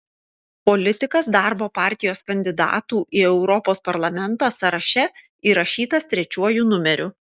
politikas darbo partijos kandidatų į europos parlamentą sąraše įrašytas trečiuoju numeriu